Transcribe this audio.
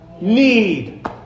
need